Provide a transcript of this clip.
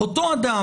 אותו אדם,